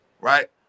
right